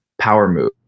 PowerMove